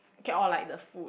okay all like the food